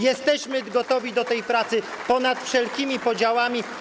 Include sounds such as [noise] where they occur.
Jesteśmy gotowi [noise] do tej pracy ponad wszelkimi podziałami.